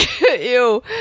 Ew